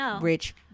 rich